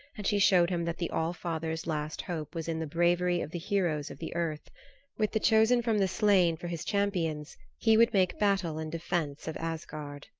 and she showed him that the all-father's last hope was in the bravery of the heroes of the earth with the chosen from the slain for his champions he would make battle in defence of asgard.